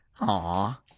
Aw